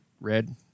red